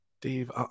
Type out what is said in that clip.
Dave